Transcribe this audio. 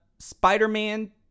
Spider-Man